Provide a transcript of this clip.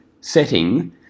setting